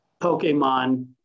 Pokemon